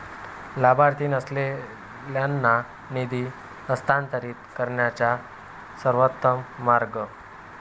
लाभार्थी नसलेल्यांना निधी हस्तांतरित करण्याचा सर्वोत्तम मार्ग